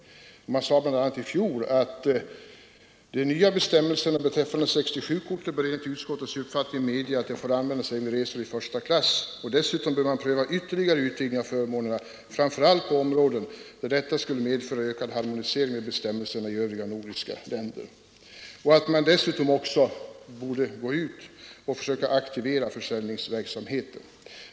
Utskottet anförde bl.a. i fjol att de nya bestämmelserna beträffande 67-kortet enligt utskottets uppfattning bör medge att det får användas även vid resor i första klass, och dessutom bör man pröva ytterligare utvidgning av förmånerna, framför allt på områden där detta skulle medföra en ökad harmonisering med bestämmelserna i övriga nordiska länder. Dessutom borde man gå ut och försöka aktivera försäljningsverksamheten.